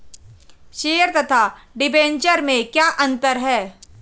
Share तथा debenture में क्या अंतर है?